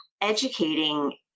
educating